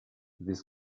this